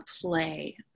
play